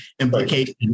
implication